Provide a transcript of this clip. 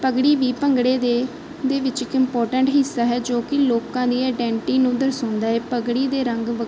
ਪੱਗੜੀ ਵੀ ਭੰਗੜੇ ਦੇ ਦੇ ਵਿੱਚ ਇੱਕ ਇੰਪੋਰਟੈਂਟ ਹਿੱਸਾ ਹੈ ਜੋ ਕਿ ਲੋਕਾਂ ਦੀਆਂ ਅਡੈਂਟਿਟੀ ਨੂੰ ਦਰਸਾਉਂਦਾ ਹੈ ਪੱਗੜੀ ਦੇ ਰੰਗ